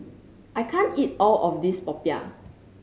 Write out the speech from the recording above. I can't eat all of this popiah